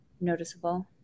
noticeable